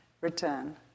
return